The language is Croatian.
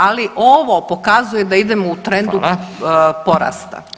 Ali ovo pokazuje da idemo u trendu porasta.